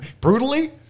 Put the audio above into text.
Brutally